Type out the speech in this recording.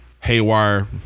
haywire